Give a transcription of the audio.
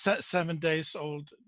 seven-days-old